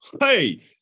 Hey